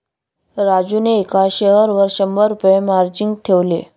राजूने एका शेअरवर शंभर रुपये मार्जिन ठेवले